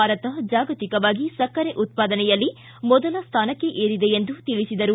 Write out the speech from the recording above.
ಭಾರತ ಜಾಗತಿಕವಾಗಿ ಸಕ್ಕರೆ ಉತ್ಪಾದನೆಯಲ್ಲಿ ಮೊದಲ ಸ್ಥಾನಕ್ಕೆ ಏರಿದೆ ಎಂದು ತಿಳಿಸಿದರು